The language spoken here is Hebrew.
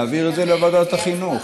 נעביר את זה לוועדת החינוך.